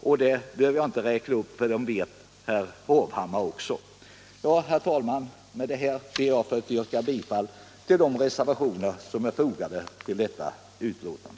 Men dem behöver jag inte räkna upp här, dem känner även herr Hovhammar till. Herr talman! Med detta ber jag att få yrka bifall till de reservationer som är fogade till utskottets betänkande.